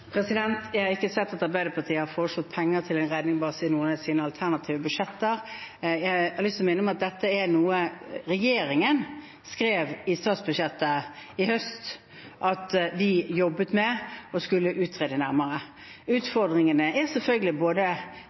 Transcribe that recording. Jeg har ikke sett at Arbeiderpartiet har foreslått penger til en redningsbase i noen av sine alternative budsjetter. Jeg har lyst til å minne om at dette er noe regjeringen skrev om i statsbudsjettet i høst, at vi jobbet med det og skulle utrede det nærmere. Utfordringene er selvfølgelig både